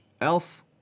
else